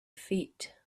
feet